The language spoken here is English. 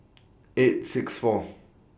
eight six four